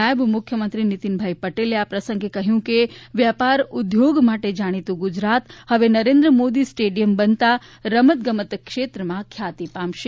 નાયબ મુખ્યમંત્રી નિતિનભાઈ પટેલે આ પ્રસંગે કહ્યું હતું કે વ્યાપાર ઉદ્યોગ માટે જાણીતું ગુજરાત હવે નરેન્દ્ર મોદી સ્ટડીયમ બનતા રમત ગમત ક્ષેત્રમાં ખ્યાતિ પામશે